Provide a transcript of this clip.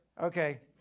Okay